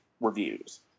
reviews